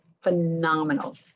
phenomenal